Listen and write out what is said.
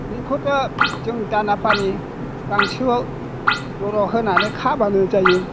बेखौथ' जों दाना फानि गांसो हराव होनानै खाब्लानो जायो